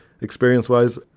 Experience-wise